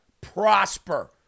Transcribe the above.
prosper